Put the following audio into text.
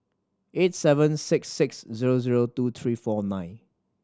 eight seven six six zero zero two three four nine